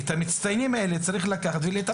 את המצטיינים האלה צריך לטפח.